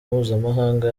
mpuzamahanga